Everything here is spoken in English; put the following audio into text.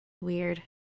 Weird